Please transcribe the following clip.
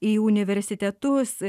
į universitetus